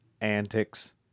antics